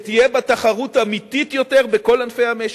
שתהיה בה תחרות אמיתית יותר בכל ענפי המשק.